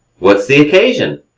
what's the occasion?